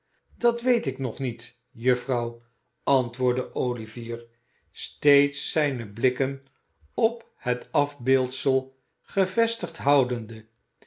dat weet ik nog niet juffrouw antwoordde olivier steeds zijne blikken op het afbeeldsel gevestigd houdende